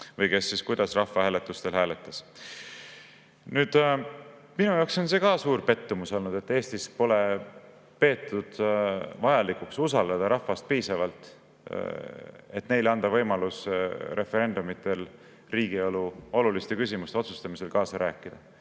või kes kuidas rahvahääletusel hääletas. Minu jaoks on see olnud suur pettumus, et Eestis pole peetud vajalikuks usaldada rahvast piisavalt, et anda inimestele võimalus referendumitel riigielu oluliste küsimuste otsustamisel kaasa rääkida.